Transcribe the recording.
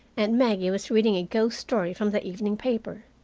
and maggie was reading a ghost story from the evening paper.